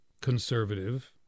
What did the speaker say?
conservative